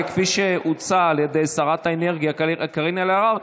וכפי שהוצע על ידי שרת האנרגיה קארין אלהרר,